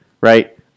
Right